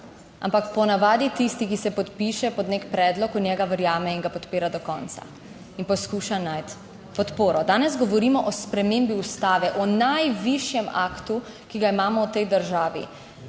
Ampak po navadi tisti, ki se podpiše pod nek predlog, v njega verjame in ga podpira do konca in poskuša najti podporo. Danes govorimo o spremembi Ustave, o najvišjem aktu, ki ga imamo v tej državi.